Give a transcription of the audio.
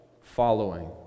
following